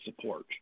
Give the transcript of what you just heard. support